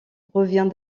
revient